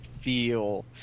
feel